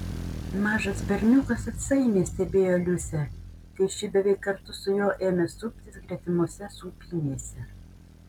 mažas berniukas atsainiai stebėjo liusę kai ši beveik kartu su juo ėmė suptis gretimose sūpynėse